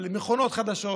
על מכונות חדשות,